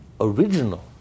original